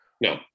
No